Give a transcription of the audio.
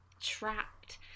trapped